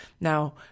Now